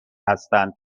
هستند